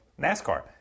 NASCAR